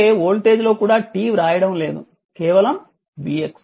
అలాగే వోల్టేజ్ లో కూడా t వ్రాయడం లేదు కేవలం vx